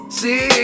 see